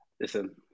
Listen